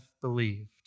believed